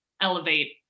elevate